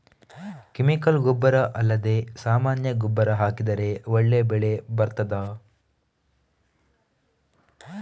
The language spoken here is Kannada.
ಕೆಮಿಕಲ್ ಗೊಬ್ಬರ ಅಲ್ಲದೆ ಸಾಮಾನ್ಯ ಗೊಬ್ಬರ ಹಾಕಿದರೆ ಒಳ್ಳೆ ಬೆಳೆ ಬರ್ತದಾ?